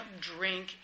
drink